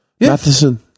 Matheson